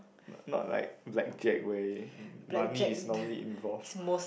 not like like Jack way money is normally involved